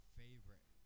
favorite